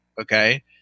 okay